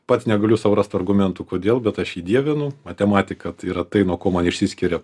pats negaliu sau rast argumentų kodėl bet aš jį dievinu matematika tai yra tai nuo ko man išsiskiria